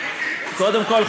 קודם כול,